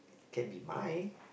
can be my